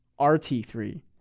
RT3